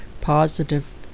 positive